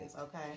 Okay